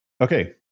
Okay